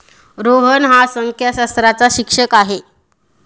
रोहन हा संख्याशास्त्राचा शिक्षक आहे